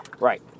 Right